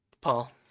Paul